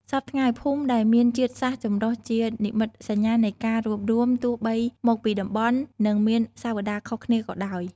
សព្វថ្ងៃ ភូមិដែលមានជាតិសាសន៍ចម្រុះជានិមិត្តសញ្ញានៃការរួបរួមទោះបីមកពីតំបន់ និងមានសាវតាខុសគ្នាក៏ដោយ។